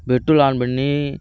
petrol on பண்ணி